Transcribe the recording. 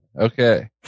Okay